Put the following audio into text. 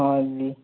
ହଁ ଦିଦି